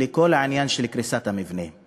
לכל העניין של קריסת המבנה,